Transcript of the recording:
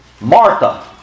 Martha